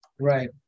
Right